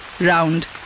round